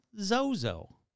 Zozo